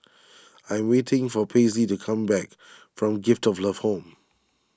I am waiting for Paisley to come back from Gift of Love Home